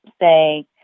say